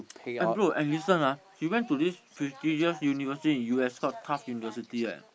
and bro and listen ah she went to this prestigious university in U_S called Tufts University eh